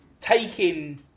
Taking